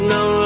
no